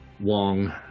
Wong